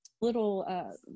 little